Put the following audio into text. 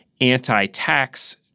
anti-tax